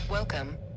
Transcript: Welcome